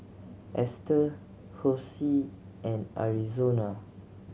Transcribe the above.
Esther Hosie and Arizona